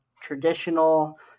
traditional